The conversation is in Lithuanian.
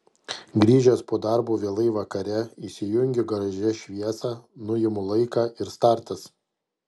grįžęs po darbo vėlai vakare įsijungiu garaže šviesą nuimu laiką ir startas